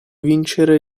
vincere